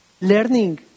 Learning